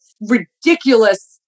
ridiculous